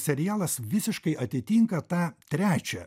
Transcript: serialas visiškai atitinka tą trečią